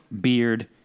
beard